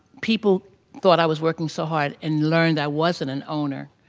people thought i was working so hard and learned i wasn't an owner.